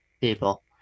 people